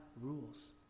rules